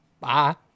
bye